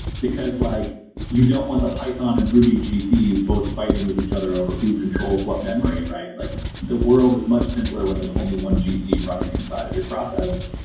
because like you don't want the python and ruby gcs both fighting with each other over who controls what memory, right? like the world is much simpler when there's only one gc running inside of your process.